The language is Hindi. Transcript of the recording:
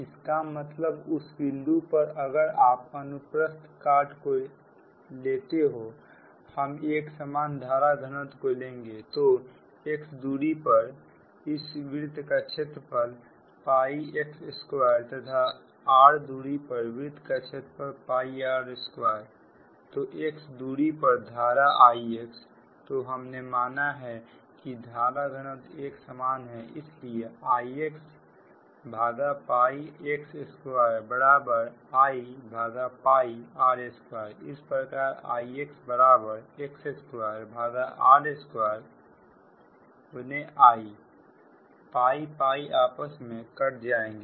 इसका मतलब उस बिंदु पर अगर आप अनुप्रस्थ काट को लेते हो हम एक समान धारा घनत्व को लेंगे तो x दूरी पर इस वृत्त का क्षेत्रफलx2तथा R दूरी पर वृत्त का क्षेत्रफल R2तो x दूरी पर धारा Ix तो हमने माना है कि धारा घनत्व एक समान है इसलिए IXx2Ir2 इस प्रकार Ixx2r2Iआपस में कट जाएंगे